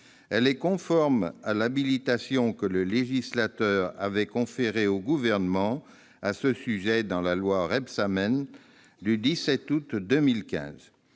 est conforme à l'habilitation que le législateur a conférée au Gouvernement à ce sujet dans la loi Rebsamen du 17 août 2015.